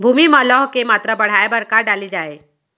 भूमि मा लौह के मात्रा बढ़ाये बर का डाले जाये?